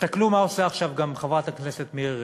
תסתכלו מה עושה עכשיו גם חברת הכנסת מירי רגב: